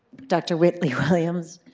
dr. whitley williams?